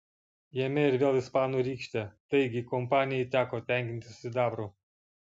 jame ir vėl ispanų rykštė taigi kompanijai teko tenkintis sidabru